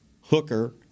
Hooker